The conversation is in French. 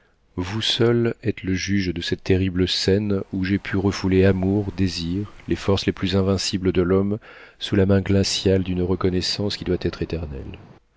vous seule êtes le juge de cette terrible scène où j'ai pu refouler amour désir les forces les plus invincibles de l'homme sous la main glaciale d'une reconnaissance qui doit être éternelle